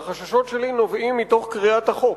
והחששות שלי נובעים מקריאת החוק,